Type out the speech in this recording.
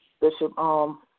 Bishop